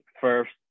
first